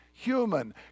human